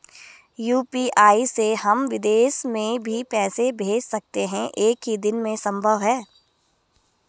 UPI से हम विदेश में भी पैसे भेज सकते हैं एक ही दिन में संभव है?